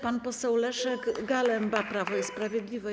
Pan poseł Leszek Galemba, Prawo i Sprawiedliwość.